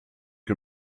que